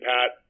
Pat